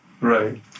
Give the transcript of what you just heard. Right